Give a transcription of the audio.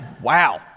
Wow